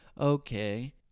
Okay